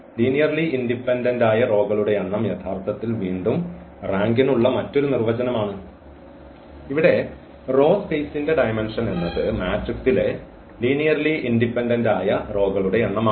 അതിനാൽ linearly independence ആയ റോകളുടെ എണ്ണം യഥാർത്ഥത്തിൽ വീണ്ടും റാങ്ക്നുള്ള മറ്റൊരു നിർവചനമാണ് ഇവിടെ റോ സ്പെയ്സ്ന്റെ ഡയമെൻഷൻ എന്നത് മാട്രിക്സിലെ ലീനിയർലി ഇൻഡിപെൻഡൻസ് ആയ റോകളുടെ എണ്ണം ആണ്